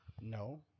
No